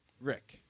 Rick